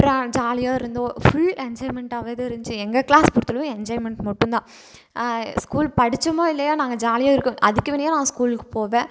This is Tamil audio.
அப்புறம் ஜாலியாக இருந்தோம் ஃபுல் என்ஜாய்மென்டாகவே தான் இருந்துச்சி எங்கள் கிளாஸ் பொருத்தளவு என்ஜாய்மென்ட் மட்டுந்தான் ஸ்கூல் படித்தோமோ இல்லையோ நாங்கள் ஜாலியாக இருக்கோம் அதுக்குன்னே நான் ஸ்கூலுக்கு போவேன்